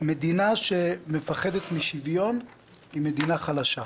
מדינה שמפחדת משוויון היא מדינה חלשה.